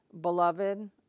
Beloved